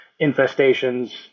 infestations